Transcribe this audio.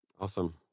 Awesome